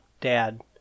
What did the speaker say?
dad